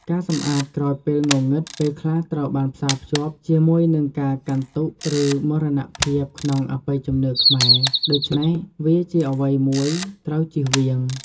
ការសម្អាតក្រោយពេលងងឹតពេលខ្លះត្រូវបានផ្សាភ្ជាប់ជាមួយនឹងការកាន់ទុក្ខឬមរណភាពក្នុងអបិយជំនឿខ្មែរ ដូច្នេះ វាជាអ្វីមួយត្រូវចៀសវាង។